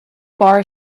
bar